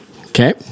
Okay